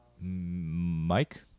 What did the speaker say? Mike